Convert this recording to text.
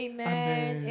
Amen